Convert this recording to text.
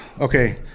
Okay